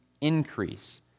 increase